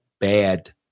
bad